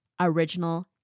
original